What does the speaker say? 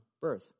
birth